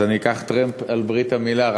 אני אקח טרמפ על ברית המילה.